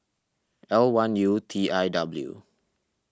L one U T I W